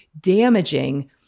damaging